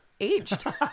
aged